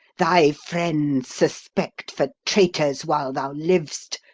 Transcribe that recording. thy friends suspect for traitors while thou liv'st,